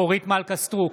אורית מלכה סטרוק,